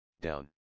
down